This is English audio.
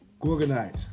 Gorgonite